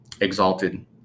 exalted